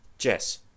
Jess